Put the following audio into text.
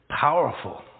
powerful